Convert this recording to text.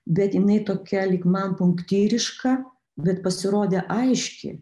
bet jinai tokia lyg man punktyriška bet pasirodė aiški